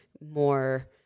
more